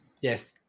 Yes